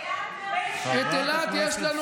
אילת מאוד עשירה.